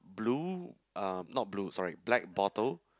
blue uh not blue sorry black bottle